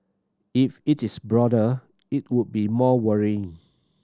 if it is broader it would be more worrying